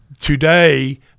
today